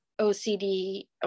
OCD